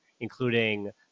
including